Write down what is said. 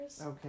okay